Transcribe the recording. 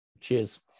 Cheers